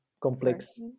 complex